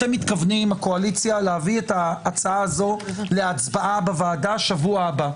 אתם מתכוונים להביא את ההצעה הזאת להצבעה בוועדה בשבוע הבא.